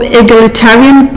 egalitarian